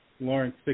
Lawrence